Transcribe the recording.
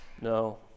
No